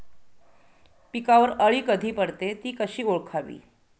पिकावर अळी कधी पडते, ति कशी ओळखावी?